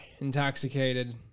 intoxicated